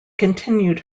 continued